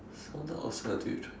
spout until you try